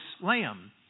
lamb